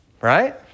Right